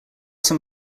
some